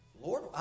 Lord